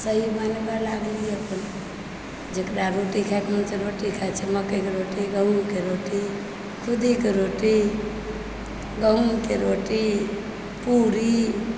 सही बनबै लागलियै अपन जेकरा रोटी खायके मन रोटी खाइ छै मकइके रोटी गहुमके रोटी खुदीके रोटी गहुमके रोटी पूरी